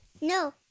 No